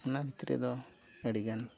ᱚᱱᱟ ᱵᱷᱤᱛᱨᱤ ᱟᱹᱰᱤᱜᱟᱱ